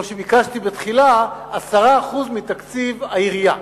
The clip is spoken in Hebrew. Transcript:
כמו שביקשתי בתחילה, 10% מתקציב העירייה.